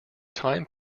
time